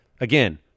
again